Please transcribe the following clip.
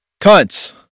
Cunts